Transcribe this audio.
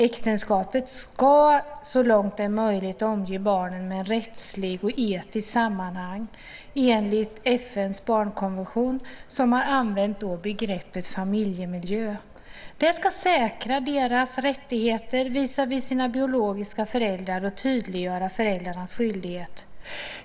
Äktenskapet ska så långt det är möjligt omge barnen med ett rättsligt och etiskt sammanhang enligt FN:s barnkonvention, som använt begreppet "familjemiljö". Det ska säkra deras rättigheter visavi sina biologiska föräldrar och tydliggöra föräldrarnas skyldigheter.